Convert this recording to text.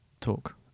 talk